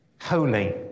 Holy